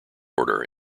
order